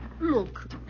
Look